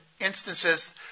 instances